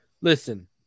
listen